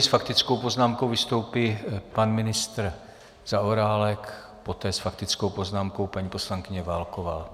S faktickou poznámkou vystoupí pan ministr Zaorálek, poté s faktickou poznámkou paní poslankyně Válková.